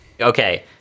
Okay